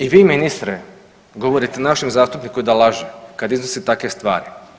I vi, ministre, govorite našem zastupniku da laže kad iznosi takve stvari.